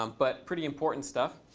um but pretty important stuff.